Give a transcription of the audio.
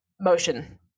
motion